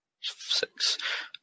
Six